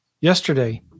yesterday